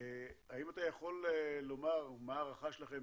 האם אתה יכול לומר מה ההערכה שלכם,